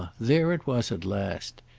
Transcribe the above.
there it was at last!